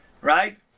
right